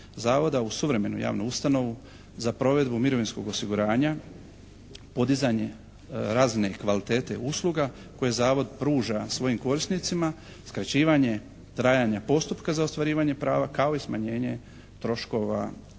u suvremenu javnu ustanovu za provedbu mirovinskog osiguranja, podizanje razine kvalitete usluga koje Zavod pruža svojim korisnicima, skraćivanje trajanja postupka za ostvarivanje prava kao i smanjenje troškova poslovanja.